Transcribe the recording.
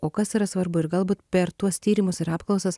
o kas yra svarbu ir galbūt per tuos tyrimus ir apklausas